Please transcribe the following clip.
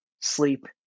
sleep